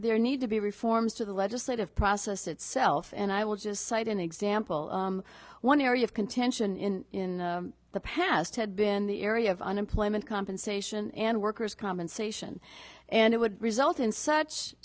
there need to be reforms to the legislative process itself and i would just cite an example one area of contention in the past had been the area of unemployment compensation and workers compensation and it would result in such